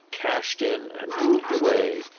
cashed in and moved away.